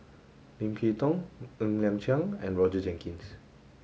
Lim Kay Tong Ng Liang Chiang and Roger Jenkins